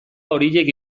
horiek